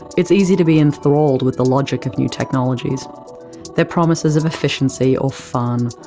it is easy to be enthralled with the logic of new technologies their promises of efficiency or fun,